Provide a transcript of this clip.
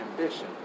ambition